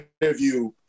interview